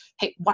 hey